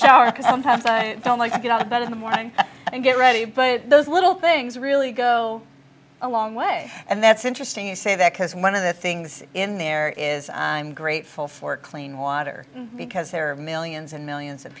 because sometimes i don't like to get out of bed in the morning and get ready but those little things really go a long way and that's interesting you say that because one of the things in there is grateful for clean water because there are millions and millions of